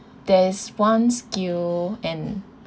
there's one skill and